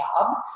job